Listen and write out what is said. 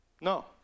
No